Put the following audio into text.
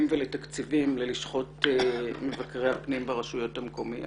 ולתקציבים ללשכות מבקרי הפנים ברשויות המקומיות.